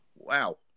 Wow